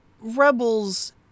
Rebels